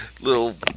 little